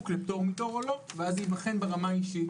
לפטור מתור או לא ואז זה ייבחן ברמה האישית,